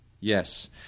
Yes